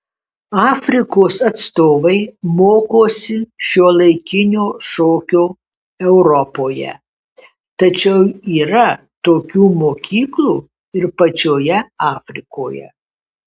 afrikos atstovai mokosi šiuolaikinio šokio europoje tačiau yra tokių mokyklų ir pačioje afrikoje